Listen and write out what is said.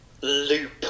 loop